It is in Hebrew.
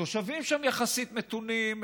התושבים שם יחסית מתונים,